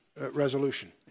resolution